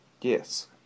Yes